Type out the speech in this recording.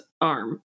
arm